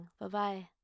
Bye-bye